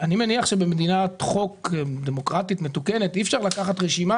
אני מניח שבמדינת חוק דמוקרטית מתוקנת אי אפשר לקחת רשימה